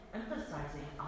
emphasizing